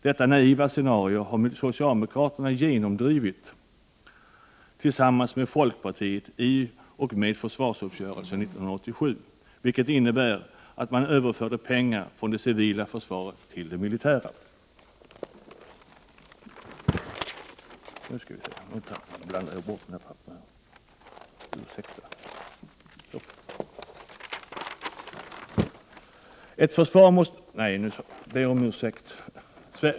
Detta naiva scenario har socialdemokraterna genomdrivit tillsammans med folkpartiet i och med försvarsuppgörelsen 1987, vilken innebar att man överförde pengar från det civila försvaret till det militära.